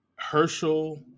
Herschel